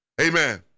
Amen